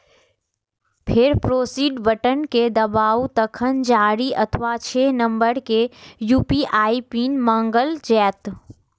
फेर proceed button कें दबाउ, तखन चारि अथवा छह नंबर के यू.पी.आई पिन मांगल जायत